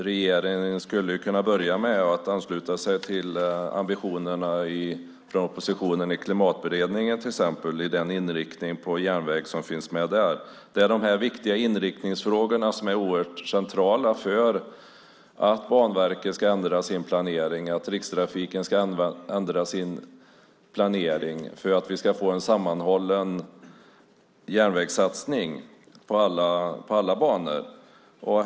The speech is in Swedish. Regeringen skulle ju kunna börja med att ansluta sig till oppositionens ambitioner i Klimatberedningen, med den inriktning på järnväg som finns där. Inriktningsfrågorna är oerhört centrala för att Banverket och Rikstrafiken ska ändra sin planering, liksom för att vi ska få en sammanhållen järnvägssatsning på alla banor.